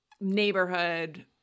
neighborhood